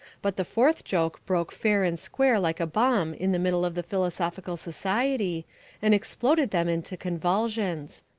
but the fourth joke broke fair and square like a bomb in the middle of the philosophical society and exploded them into convulsions.